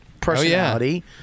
personality